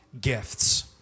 gifts